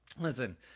Listen